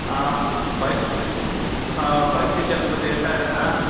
by பைத்தெட்டு எண்பது எட்டாயிரம்ங்க